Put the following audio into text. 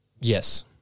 Yes